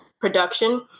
production